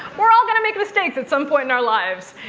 we're all going to make mistakes at some point in our lives.